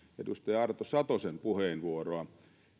edustaja arto satosen puheenvuoroa